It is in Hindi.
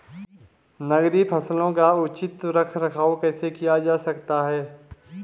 नकदी फसलों का उचित रख रखाव कैसे किया जा सकता है?